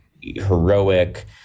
heroic